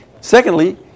Secondly